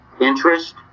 interest